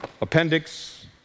appendix